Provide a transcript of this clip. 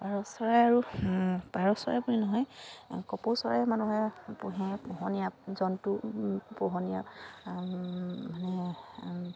পাৰ চৰাই আৰু পাৰ চৰাই বুলি নহয় কপৌ চৰাই মানুহে পোহে পোহনীয়া জন্তু পোহনীয়া মানে